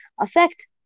affect